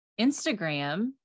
Instagram